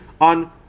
on